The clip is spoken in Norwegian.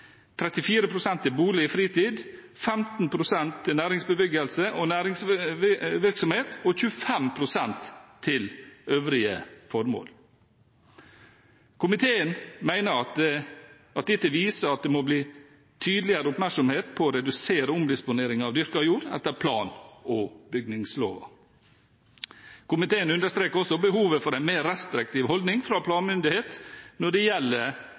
til trafikkområder, 34 pst. til bolig-/fritidsbebyggelse, 15 pst. til næringsbebyggelse og næringsvirksomhet og 25 pst. til øvrige formål. Komiteen mener at dette viser at det må bli tydeligere oppmerksomhet på å redusere omdisponering av dyrket jord etter plan- og bygningsloven. Komiteen understreker også behovet for en mer restriktiv holdning fra planmyndighet når det gjelder